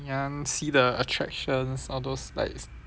like you want see the attractions all those like